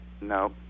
No